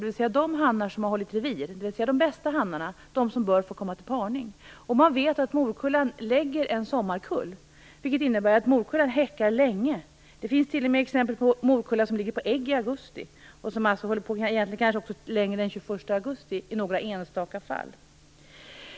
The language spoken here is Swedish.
Det gäller alltså de hannar som har hållit revir, dvs. de bästa hannarna, och de som bör få komma till parning. Man vet att morkullan lägger en sommarkull, vilket innebär att morkullan häckar länge. Det finns t.o.m. exempel på morkulla som ligger på ägg i augusti, alltså kanske senare än den 21 augusti i några enstaka fall.